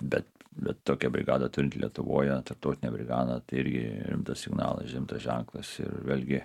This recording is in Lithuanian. bet bet tokią brigadą turint lietuvoje tarptautinę brigadą tai irgi rimtas signalas rimtas ženklas ir vėlgi